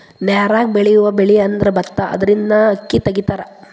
ನೇರಾಗ ಬೆಳಿಯುವ ಬೆಳಿಅಂದ್ರ ಬತ್ತಾ ಅದರಿಂದನ ಅಕ್ಕಿ ತಗಿತಾರ